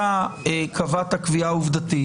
אתה קבעת קביעה עובדתית,